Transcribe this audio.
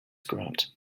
grant